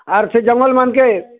ଆର୍ ସେ ଜଙ୍ଗଲ୍ ମାନ୍କେ